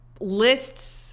lists